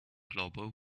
global